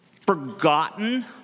forgotten